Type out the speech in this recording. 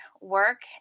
work